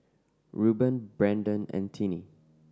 Rueben Brenden and Tinie